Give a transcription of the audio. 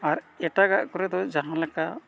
ᱟᱨ ᱮᱴᱟᱜᱟᱜ ᱠᱚᱨᱮ ᱫᱚ ᱡᱟᱦᱟᱸ ᱞᱮᱠᱟ